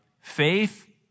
faith